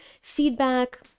feedback